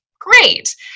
Great